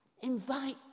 Invite